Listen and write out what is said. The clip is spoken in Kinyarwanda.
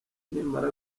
nimara